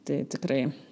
tai tikrai